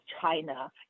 China